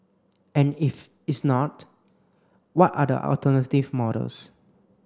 and if it's not what are the alternative models